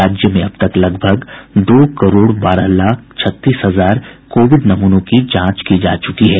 राज्य में अब तक लगभग दो करोड़ बारह लाख छत्तीस हजार कोविड नमूनों की जांच की जा चुकी है